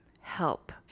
help